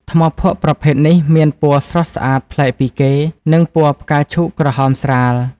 ថ្មភក់ប្រភេទនេះមានពណ៌ស្រស់ស្អាតប្លែកពីគេ គឺពណ៌ផ្កាឈូកក្រហមស្រាល។